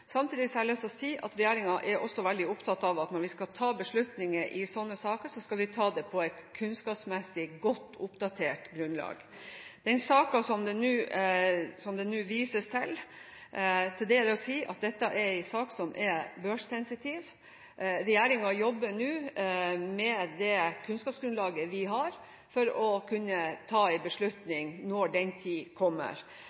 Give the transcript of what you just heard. jeg lyst til å si at regjeringen også er veldig opptatt av at når vi skal ta beslutninger i sånne saker, skal vi ta beslutningene på et kunnskapsmessig godt oppdatert grunnlag. Om den saken som det nå vises til, er det å si at dette er en sak som er børssensitiv. Regjeringen jobber nå med det kunnskapsgrunnlaget vi har, for å kunne ta